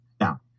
now